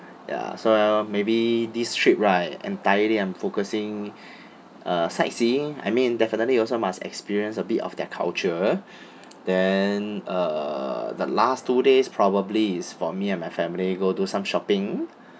ya so maybe this trip right entirely I'm focusing uh sightseeing I mean definitely also must experience a bit of their culture then uh the last two days probably is for me and my family go do some shopping